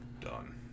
Done